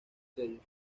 sellos